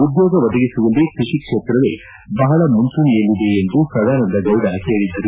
ಉದ್ಯೋಗ ಒದಗಿಸುವಲ್ಲಿ ಕೃಷಿ ಕ್ಷೇತ್ರವೇ ಬಹಳ ಮುಂಚೂಣಿಯಲ್ಲಿದೆ ಎಂದು ಸದಾನಂದ ಗೌಡ ಹೇಳಿದರು